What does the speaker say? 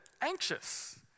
anxious